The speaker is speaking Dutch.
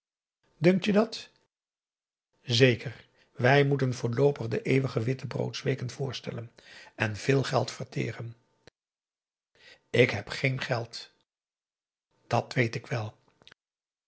dunkt je dat zeker wij moeten voorloopig de eeuwige wittebroodsweken voorstellen en veel geld verteren ik heb geen geld dat weet ik wel